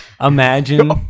imagine